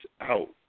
out